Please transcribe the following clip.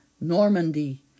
Normandy